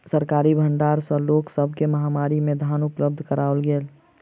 सरकारी भण्डार सॅ लोक सब के महामारी में धान उपलब्ध कराओल गेल